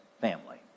family